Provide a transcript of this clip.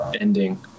ending